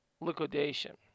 liquidation